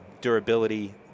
durability